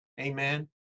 Amen